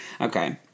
Okay